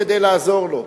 כדי לעזור לו.